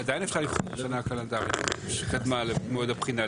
עדיין אפשר לבחון שנה קלנדרית שקדמה למועד הבחינה.